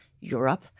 Europe